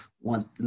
want